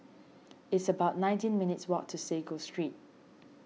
it's about nineteen minutes' walk to Sago Street